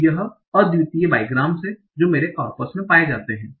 तो यह अद्वितीय बाईग्राम्स है जो मेरे कॉर्पस में पाए जाते है